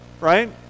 right